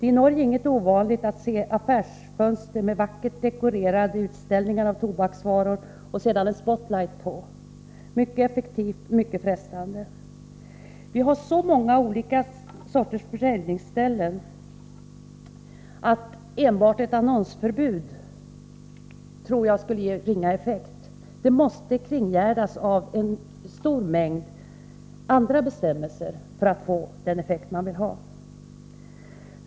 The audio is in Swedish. I Norge är det inte ovanligt att se affärsfönster med vackert dekorerade utställningar med tobaksvaror och sedan spotlight på — mycket effektivt, mycket frestande. Vi har så många olika sorters försäljningsställen att enbart ett annonsförbud skulle ge ringa effekt. Det måste kringgärdas av en stor mängd andra bestämmelser för att få den effekt man vill ha.